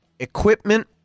Equipment